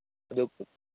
ꯑꯗꯨ